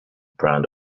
brand